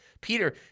Peter